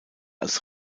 als